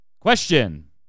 Question